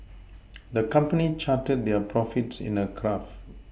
the company charted their profits in a graph